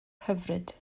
hyfryd